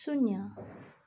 शून्य